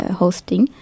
hosting